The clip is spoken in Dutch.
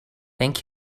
denk